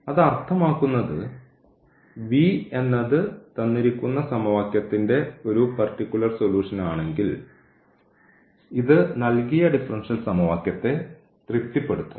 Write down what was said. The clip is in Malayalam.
അത് അർത്ഥമാക്കുന്നത് എന്നത് തന്നിരിക്കുന്ന സമവാക്യത്തിൻറെ ഒരു പർട്ടിക്കുലർ സൊലൂഷൻ ആണെങ്കിൽ ഇത് നൽകിയ ഡിഫറൻഷ്യൽ സമവാക്യത്തെ തൃപ്തിപ്പെടുത്തും